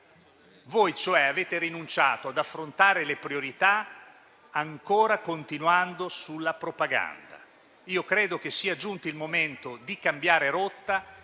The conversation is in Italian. avete cioè rinunciato ad affrontare le priorità, ancora continuando sulla propaganda. Credo che sia giunto il momento di cambiare rotta,